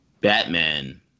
Batman